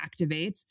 activates